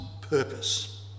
purpose